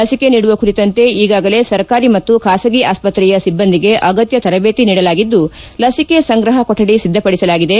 ಲಸಿಕೆ ನೀಡುವ ಕುರಿತಂತೆ ಈಗಾಗಲೇ ಸರ್ಕಾರಿ ಮತ್ತು ಖಾಸಗಿ ಆಸ್ಪತ್ರೆಯ ಸಿಬ್ಬಂದಿಗೆ ಅಗತ್ಯ ತರಬೇತಿ ನೀಡಲಾಗಿದ್ದು ಲಸಿಕೆ ಸಂಗ್ರಹ ಕೊಠಡಿ ಸಿದ್ಧಪಡಿಸಲಾಗಿದೆ